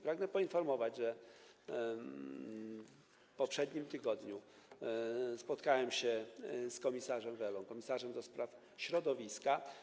Pragnę poinformować, że w poprzednim tygodniu spotkałem się z komisarzem Vellą, komisarzem do spraw środowiska.